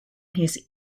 his